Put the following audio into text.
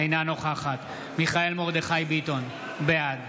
אינה נוכחת מיכאל מרדכי ביטון, בעד